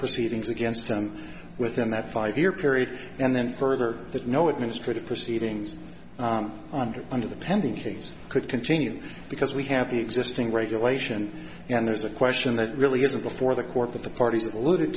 proceedings against them with them that five year period and then further that no administrative proceedings under under the pending cases could continue because we have the existing regulation and there's a question that really isn't before the court that the part